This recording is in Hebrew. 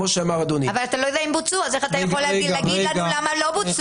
אבל אתה לא יודע אם בוצעו אז איך אתה יכול להגיד לנו למה לא בוצעו?